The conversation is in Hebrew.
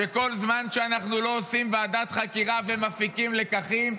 שכל זמן שאנחנו לא עושים ועדת חקירה ומפיקים לקחים,